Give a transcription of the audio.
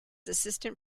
assistant